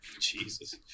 Jesus